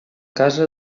casa